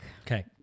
Okay